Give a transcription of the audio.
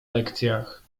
lekcjach